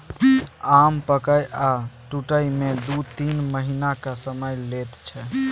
आम पाकय आ टुटय मे दु तीन महीनाक समय लैत छै